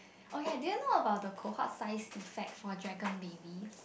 oh ya I didn't know about the cohort size effect for dragon babies